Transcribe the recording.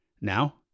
Now